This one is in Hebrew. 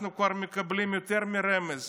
אנחנו כבר מקבלים יותר מרמז,